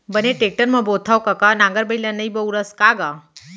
बने टेक्टर म बोथँव कका नांगर बइला नइ बउरस का गा?